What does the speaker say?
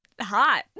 hot